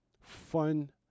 fun